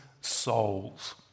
souls